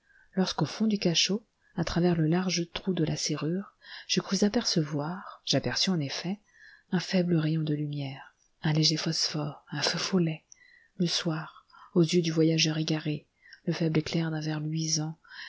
lorsqu'au fond du cachot à travers le large trou de la serrure je crus apercevoir j'aperçus en effet un faible rayon de lumière un léger phosphore un feu follet le soir aux yeux du voyageur égaré le faible éclair d'un